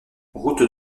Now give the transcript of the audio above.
route